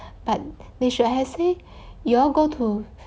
but they should have said you all go to